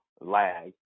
lag